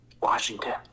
Washington